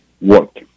work